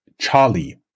Charlie